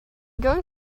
going